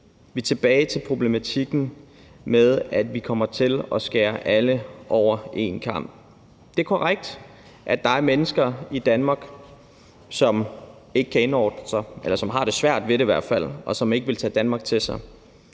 Vi er tilbage til problematikken med, at vi kommer til at skære alle over én kam. Det er korrekt, at der er mennesker i Danmark, som ikke kan indordne sig, eller som har svært ved det i hvert fald, og som ikke vil tage Danmark til sig.